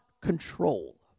control